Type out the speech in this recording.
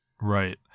right